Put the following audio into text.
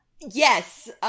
Yes